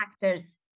factors